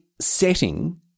setting